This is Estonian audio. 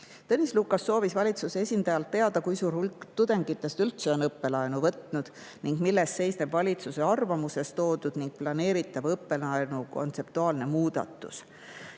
Tõnis Lukas soovis valitsuse esindajalt teada, kui suur hulk tudengitest üldse on õppelaenu võtnud ning milles seisneb valitsuse arvamuses märgitud planeeritav õppelaenu kontseptuaalne muudatus.